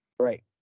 Right